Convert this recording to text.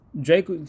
Drake